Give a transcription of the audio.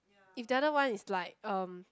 if the other one is like um